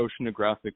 Oceanographic